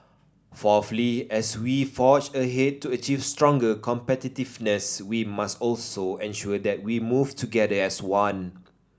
fourthly as we forge ahead to achieve stronger competitiveness we must also ensure that we move together as one